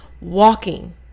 walking